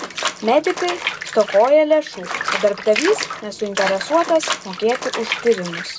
medikai stokoja lėšų o darbdavys nesuinteresuotas mokėti už tyrimus